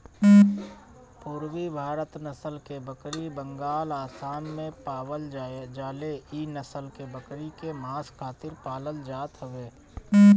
पुरबी भारत नसल के बकरी बंगाल, आसाम में पावल जाले इ नसल के बकरी के मांस खातिर पालल जात हवे